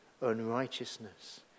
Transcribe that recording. unrighteousness